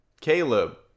caleb